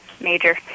major